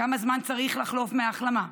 כמה זמן צריך לחלוף מההחלמה?